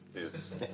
Yes